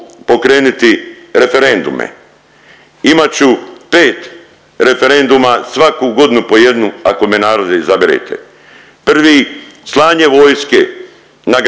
Hvala vama